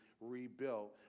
rebuilt